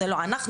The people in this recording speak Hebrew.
זה לא אנחנו,